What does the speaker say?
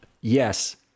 Yes